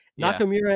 Nakamura